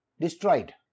destroyed